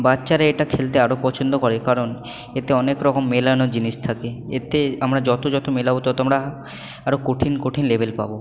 বাচ্চারা এটা খেলতে আরো পছন্দ করে কারণ এতে অনেক রকম মেলানোর জিনিস থাকে এতে আমরা যতো যতো মেলাবো ততো আমরা আরো কঠিন কঠিন লেবেল পাবো